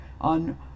on